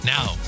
Now